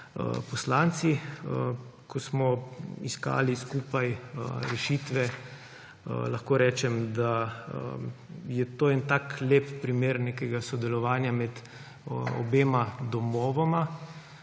poslanci. Ko smo iskali skupaj rešitve, lahko rečem, da je to en tak lep primer nekega sodelovanja med obema domovoma